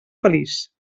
feliç